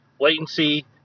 Latency